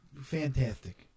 fantastic